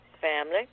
family